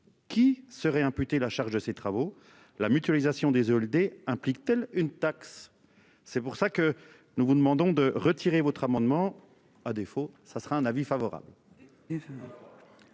qu'qui serait imputé la charge de ces travaux. La mutualisation des Zolder implique-t-elle une taxe. C'est pour ça que nous vous demandons de retirer votre amendement à défaut ça sera un avis favorable.